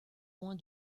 moins